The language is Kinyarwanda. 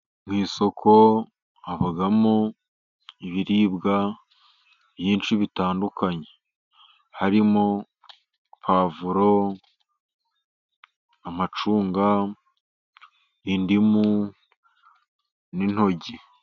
Mu isoko habamo ibiribwa byinshi bitandukanye harimo: pavuro, amacunga, indimu, n'intoryi.